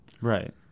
Right